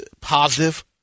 positive